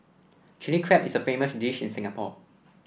Chilli Crab is a famous dish in Singapore